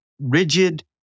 rigid